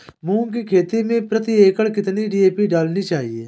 मूंग की खेती में प्रति एकड़ कितनी डी.ए.पी डालनी चाहिए?